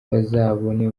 bazabone